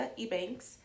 Ebanks